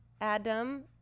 Adam